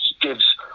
gives